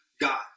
God